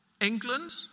England